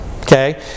Okay